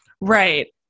Right